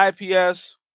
IPS